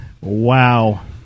wow